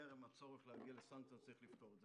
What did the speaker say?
בטרם הצורך להגיע לסנקציות צריך לפתור את זה.